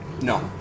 No